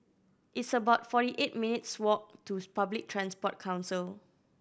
it's about forty eight minutes' walk to Public Transport Council